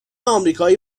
آمریکایی